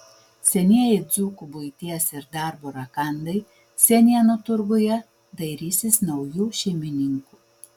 senieji dzūkų buities ir darbo rakandai senienų turguje dairysis naujų šeimininkų